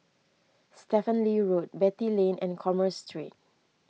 Stephen Lee Road Beatty Lane and Commerce Street